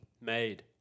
made